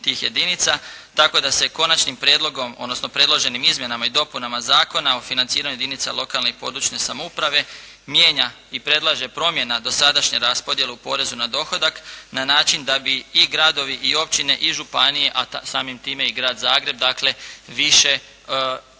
Tako da se konačnim prijedlogom, odnosno predloženim izmjenama i dopunama Zakona o financiranju jedinica lokalne i područne samouprave, mijenja i predlaže promjena dosadašnje raspodjele u porezu na dohodak na način da bi i gradovi i općine i županije, a samim time i Grad Zagreb, dakle više uprihodovale